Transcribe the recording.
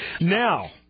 Now